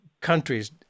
countries